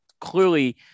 clearly